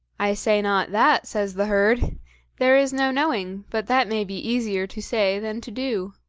i say not that, says the herd there is no knowing, but that may be easier to say than to do.